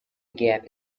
gap